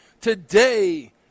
Today